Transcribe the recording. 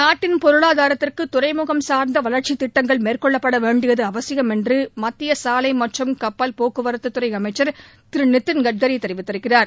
நாட்டின் பொருளாதாரத்திற்கு துறைமுகம் சார்ந்த வளர்ச்சித் திட்டங்கள் மேற்கொள்ளப்பட வேண்டியது அவசியம் என்று மத்திய சாலை மற்றும் கப்பல் போக்குவரத்துத் துறை அமைச்சர் திரு நிதின் கட்கரி கூறியிருக்கிறார்